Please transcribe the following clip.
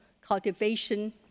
cultivation